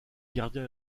gardiens